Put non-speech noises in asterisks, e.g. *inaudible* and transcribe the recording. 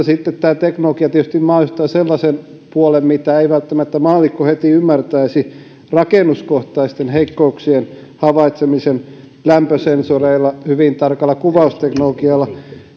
*unintelligible* sitten tämä teknologia tietysti mahdollistaa sellaisen puolen mitä ei välttämättä maallikko heti ymmärtäisi rakennuskohtaisten heikkouksien havaitsemisen lämpösensoreilla hyvin tarkalla kuvausteknologialla